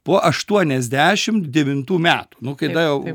po aštuoniasdešimt devintų metų nu kada jau